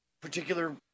particular